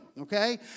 okay